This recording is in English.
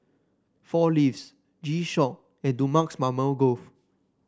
Four Leaves G Shock and Dumex Mamil Gold